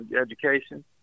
education